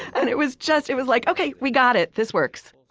and it was just it was like, ok, we got it. this works